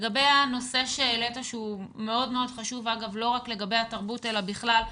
לגבי הנושא שהעלית שהוא מאוד חשוב אגב לא רק לגבי התרבות אלא בכלל,